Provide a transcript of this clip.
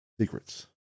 secrets